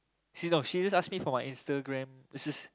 she's no she just ask me for my Instagram this is